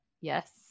Yes